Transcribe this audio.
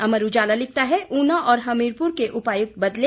अमर उजाला लिखता है ऊना और हमीरपुर के उपायुक्त बदले